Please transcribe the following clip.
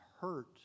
hurt